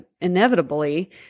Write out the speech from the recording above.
inevitably